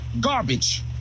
Garbage